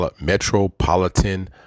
Metropolitan